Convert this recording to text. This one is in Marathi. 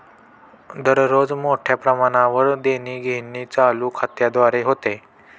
दररोज मोठ्या प्रमाणावर देणीघेणी चालू खात्याद्वारे होते